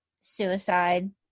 suicide